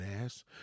ass